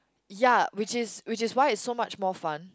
ya which is which is why it's so much more fun